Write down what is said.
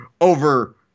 over